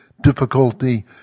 difficulty